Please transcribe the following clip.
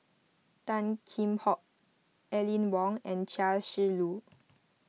Tan Kheam Hock Aline Wong and Chia Shi Lu